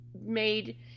made